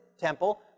temple